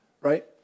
right